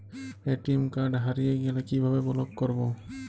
ATM card হারিয়ে গেলে কিভাবে ব্লক করবো?